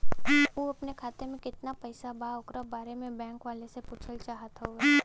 उ अपने खाते में कितना पैसा बा ओकरा बारे में बैंक वालें से पुछल चाहत हवे?